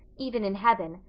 even in heaven,